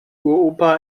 uropa